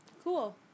Cool